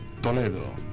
Toledo